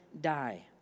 die